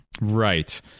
Right